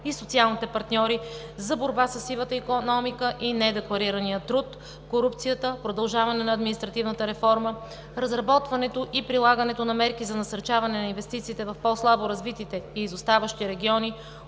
и социалните партньори за борба със сивата икономика и недекларирания труд, корупцията, продължаване на административната реформа; разработването и прилагането на мерки за насърчаване на инвестициите в по-слабо развитите и изоставащи региони;